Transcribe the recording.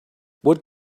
what